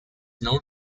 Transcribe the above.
known